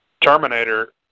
Terminator